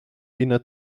ina